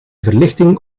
verlichting